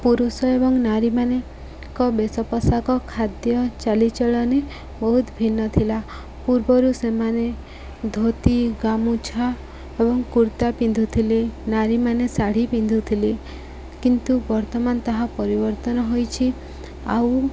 ପୁରୁଷ ଏବଂ ନାରୀମାନଙ୍କ ବେଶ ପୋଷାକ ଖାଦ୍ୟ ଚାଲିଚଳନୀ ବହୁତ ଭିନ୍ନ ଥିଲା ପୂର୍ବରୁ ସେମାନେ ଧୋତି ଗାମୁଛା ଏବଂ କୁର୍ତ୍ତା ପିନ୍ଧୁଥିଲେ ନାରୀମାନେ ଶାଢ଼ୀ ପିନ୍ଧୁଥିଲେ କିନ୍ତୁ ବର୍ତ୍ତମାନ ତାହା ପରିବର୍ତ୍ତନ ହୋଇଛି ଆଉ